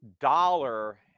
dollar